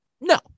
No